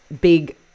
big